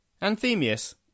Anthemius